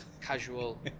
Casual